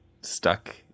stuck